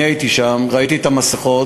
אני הייתי שם, ראיתי את המסכות,